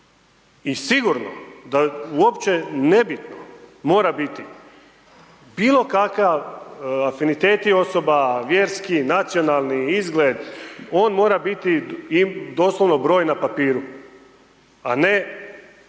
I sigurno, da uopće nebitno mora biti bilo kakav afiniteti osoba, vjerski, nacionalni, izgled, on mora biti doslovno broj na papiru, a ne